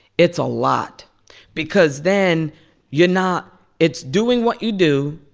it's a lot because then you're not it's doing what you do,